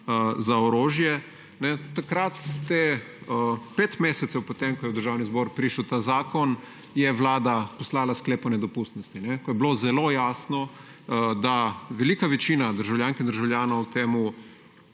za orožje. Pet mesecev potem, ko je v Državni zbor prišel ta zakon, je vlada poslala sklep o nedopustnosti. Ko je bilo zelo jasno, da velika večina državljank in državljanov temu